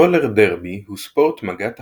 רולר דרבי הוא ספורט מגע תחרותי,